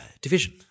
division